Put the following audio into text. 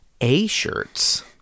A-shirts